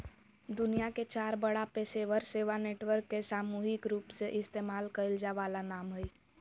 दुनिया के चार बड़ा पेशेवर सेवा नेटवर्क के सामूहिक रूपसे इस्तेमाल कइल जा वाला नाम हइ